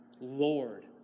Lord